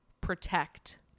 protect